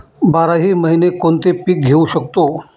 बाराही महिने कोणते पीक घेवू शकतो?